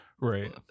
Right